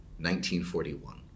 1941